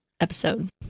episode